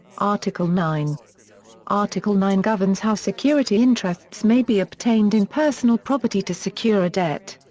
article nine article nine governs how security interests may be obtained in personal property to secure a debt.